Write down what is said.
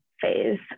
phase